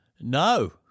No